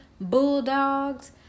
Bulldogs